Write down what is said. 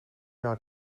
jaar